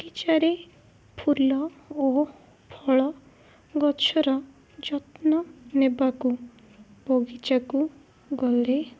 ବଗିଚାରେ ଫୁଲ ଓ ଫଳ ଗଛର ଯତ୍ନ ନେବାକୁ ବଗିଚାକୁ ଗଲେ